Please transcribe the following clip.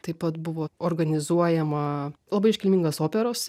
taip pat buvo organizuojama labai iškilmingas operos